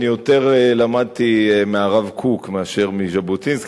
אני יותר למדתי מהרב קוק מאשר מז'בוטינסקי,